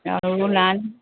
আৰু নাই